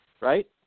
right